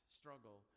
struggle